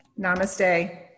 Namaste